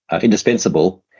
indispensable